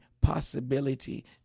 possibility